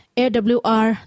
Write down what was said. awr